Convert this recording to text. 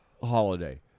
holiday